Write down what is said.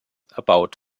erbaut